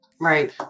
Right